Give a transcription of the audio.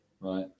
Right